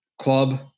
Club